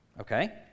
Okay